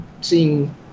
seeing